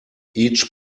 each